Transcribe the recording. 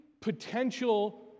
potential